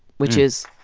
which is,